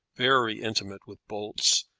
very intimate with bolts,